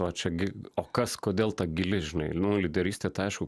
va čia gi o kas kodėl ta gili žinai lyderystė tai aišku